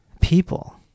people